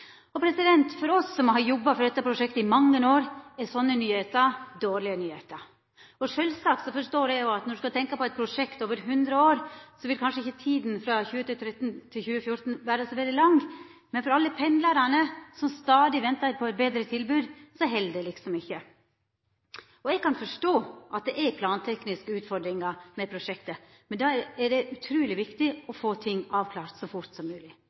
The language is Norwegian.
For oss som har jobba for dette prosjektet i mange år, er sånne nyheiter dårlege nyheiter. Sjølvsagt forstår eg òg at når ein skal sjå eit prosjekt over 100 år, vil kanskje ikkje tida frå 2013 til 2014 vera så veldig lang, men for alle pendlarane som stadig ventar på eit betre tilbod, held det liksom ikkje. Eg kan forstå at det er plantekniske utfordringar med prosjektet, men da er det utruleg viktig å få ting avklart så fort som